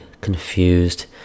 Confused